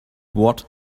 what